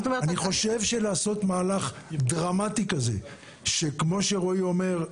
אני חושב שלעשות מהלך דרמטי כזה שכמו שרועי אומר,